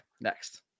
next